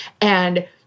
And-